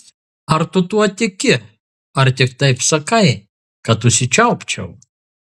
ar tu tuo tiki ar tik taip sakai kad užsičiaupčiau